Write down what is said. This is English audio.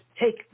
take